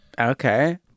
Okay